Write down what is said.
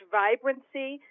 vibrancy